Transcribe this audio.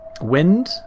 wind